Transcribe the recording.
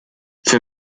für